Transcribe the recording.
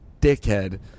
dickhead